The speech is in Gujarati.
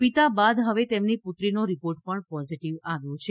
પિતા બાદ હવે તેમની પુત્રીનો રિપોર્ટ પણ પોઝીટીવ આવ્યો છે